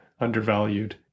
undervalued